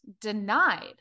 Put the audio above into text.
denied